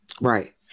Right